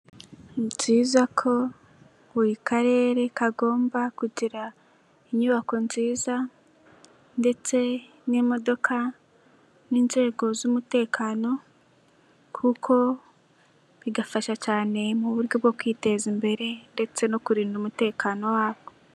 Ni byiza ko buri karere kagomba kugira inyubako nziza ndetse n'imodoka n'inzego z'umutekano kuko bigafasha cyane mu buryo bwo kwiteza imbere ndetse no kurinda umutekano wako.